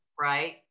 right